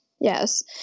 Yes